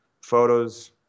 photos